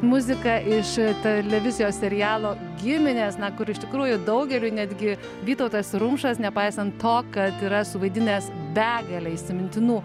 muzika iš televizijos serialo giminės na kur iš tikrųjų daugeliui netgi vytautas rumšas nepaisant to kad yra suvaidinęs begalę įsimintinų